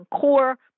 CORE